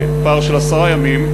פער של עשרה ימים,